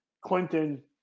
Clinton